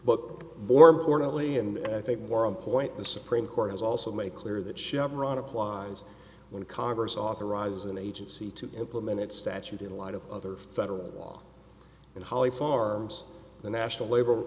book more importantly and i think more on point the supreme court has also made clear that chevron applies when congress authorizes an agency to implement it statute in a lot of other federal law and holly farms the national labor